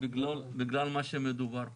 בגלל מה שמדובר כאן.